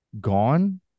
gone